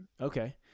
Okay